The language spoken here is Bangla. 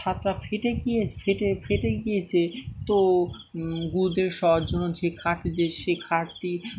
ছাতটা ফেটে গিয়েছে ফেটে ফেটে গিয়েছে তো গুরুদেবের শোয়ার জন্য যে খাটটি দে সে খাটটি